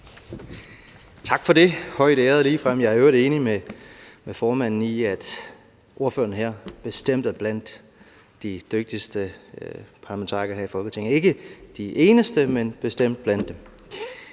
Tak for det – ligefrem højtærede. Jeg er i øvrigt enig med formanden i, at ordførerne her bestemt er blandt de dygtigste parlamentarikere her i Folketinget – ikke de eneste, men bestemt iblandt dem.